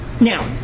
Now